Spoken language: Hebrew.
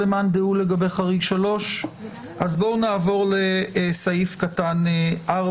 בואו נעבור לסעיף קטן (4).